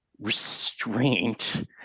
restraint